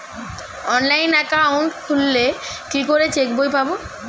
Online account খুললে কি করে চেক বই পাব?